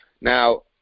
Now